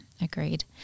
agreed